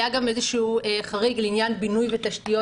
היה גם איזשהו חריג לעניין בינוי ותשתיות